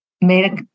made